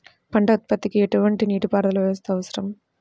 పంట ఉత్పత్తికి ఎటువంటి నీటిపారుదల వ్యవస్థ అవసరం?